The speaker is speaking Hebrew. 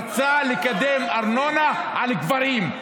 והוא רצה לקדם ארנונה על קברים.